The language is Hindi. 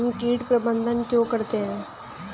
हम कीट प्रबंधन क्यों करते हैं?